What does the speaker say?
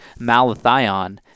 malathion